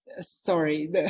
Sorry